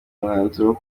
umwanzuro